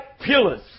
pillars